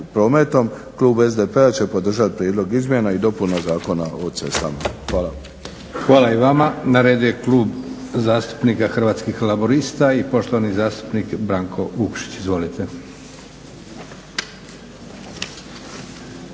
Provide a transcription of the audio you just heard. prometom klub SDP-a će podržati prijedlog izmjena i dopuna Zakona o cestama. Hvala lijepa. **Leko, Josip (SDP)** Hvala i vama. Na redu je Klub zastupnika Hrvatskih laburista i poštovani zastupnik Branko Vukšić. Izvolite.